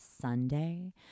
Sunday